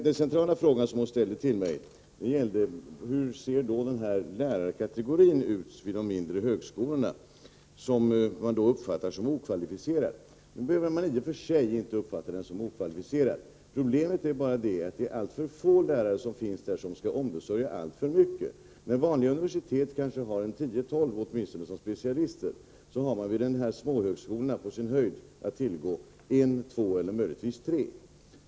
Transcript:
Den centrala fråga som Iris Mårtensson ställde till mig gällde hur den lärarkategori vid de mindre högskolorna ser ut som man uppfattar som okvalificerad. Nu behöver man i och för sig inte uppfatta den som okvalificerad. Problemet är bara det att det är alltför få lärare som skall ombesörja alltför mycket. När vanliga universitet har åtminstone tio tolv specialister har man vid småhögskolorna på sin höjd att tillgå en, två eller möjligen tre.